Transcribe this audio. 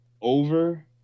over